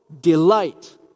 delight